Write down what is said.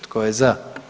Tko je za?